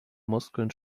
muskeln